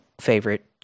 favorite